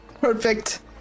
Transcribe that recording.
Perfect